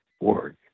work